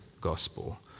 gospel